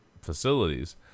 facilities